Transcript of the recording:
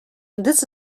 this